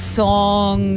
song